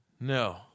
No